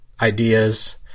ideas